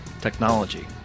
technology